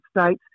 States